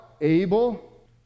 able